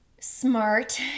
Smart